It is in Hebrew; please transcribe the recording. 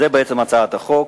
זו בעצם הצעת החוק.